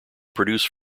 produce